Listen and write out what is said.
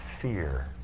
Fear